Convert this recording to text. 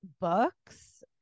books